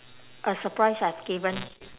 a surprise I've given